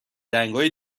رنگای